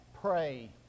pray